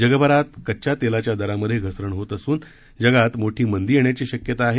जगभरात कच्चा तेलाच्या दरामध्ये घसरण होत असून जगामध्ये मोठी मंदी येण्याची शक्यता आहे